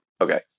Okay